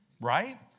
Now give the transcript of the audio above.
right